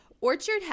Orchard